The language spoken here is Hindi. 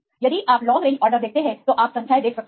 यदि आप लॉन्ग रेंज ऑर्डर देखते हैं तो आप संख्याएँ देख सकते हैं